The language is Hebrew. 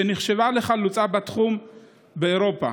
שנחשבה לחלוצה בתחום באירופה.